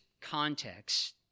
context